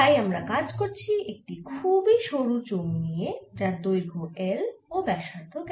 তাই আমরা কাজ করছি একটি খুবই সরু চোঙ নিয়ে যার দৈর্ঘ L ও ব্যাসার্ধ R